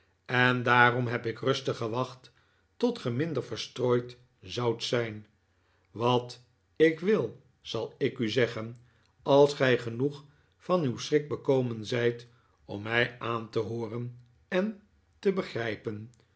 en daarom heb ik rustig gewacht tot ge minder verstrooid zoudt zijn wat ik wil zal ik u zeggen als gij genoeg van uw schrik bekomen zijt om mij aan te hooren en te begrijpen